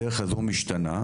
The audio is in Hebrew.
הדרך הזו משתנה,